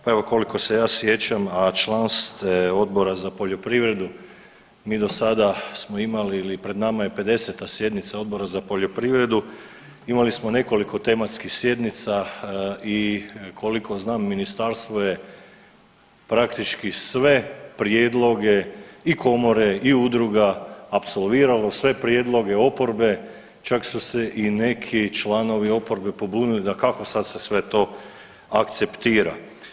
Pa evo koliko se ja sjećam, a član ste Odbora za poljoprivredu mi do sada smo imali ili pred nama je 50-a sjednica Odbora za poljoprivredu, imali smo nekoliko tematskih sjednica i koliko znam ministarstvo je praktički sve prijedloge i komore i udruga apsolviralo sve prijedloge oporbe čak su se i neki članovi oporbe pobunili da kako sad se sve to akceptira.